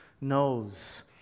knows